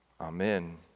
Amen